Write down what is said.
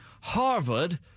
Harvard